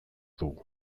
dugu